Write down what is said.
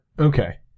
Okay